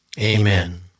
Amen